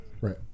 Right